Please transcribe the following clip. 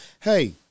Hey